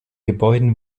gebäuden